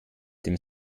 dem